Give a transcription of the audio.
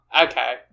okay